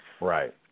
Right